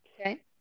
Okay